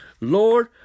Lord